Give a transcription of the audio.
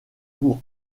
pour